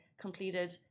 completed